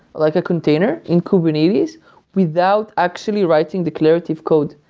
like a container in kubernetes without actually writing declarative code.